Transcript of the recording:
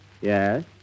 Yes